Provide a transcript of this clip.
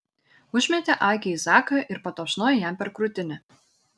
užmetė akį į zaką ir patapšnojo jam per krūtinę